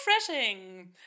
refreshing